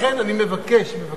לכן אני מבקש, בבקשה,